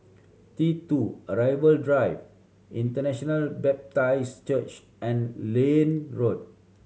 T Two Arrival Drive International Baptist Church and Liane Road